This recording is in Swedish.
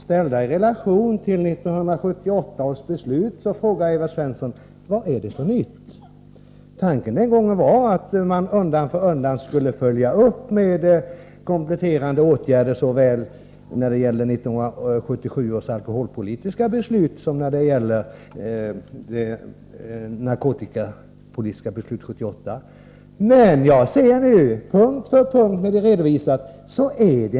Ställda i relation till 1978 års beslut frågar jag Evert Svensson: Vad är det för nytt? Tanken den gången var att man undan för undan skulle följa upp såväl 1977 års alkoholpolitiska beslut som det narkotikapolitiska beslutet 1978 med kompletterande åtgärder.